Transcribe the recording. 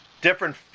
Different